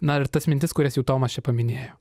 na ir tas mintis kurias jau tomas čia paminėjo